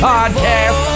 Podcast